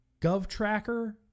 GovTracker